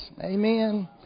Amen